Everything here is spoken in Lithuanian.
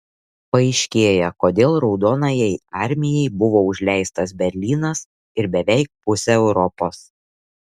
paaiškėja kodėl raudonajai armijai buvo užleistas berlynas ir veik pusė europos